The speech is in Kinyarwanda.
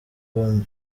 com